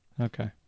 okay